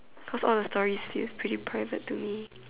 cause all the story seem pretty private to me